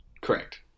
Correct